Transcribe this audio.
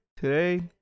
Today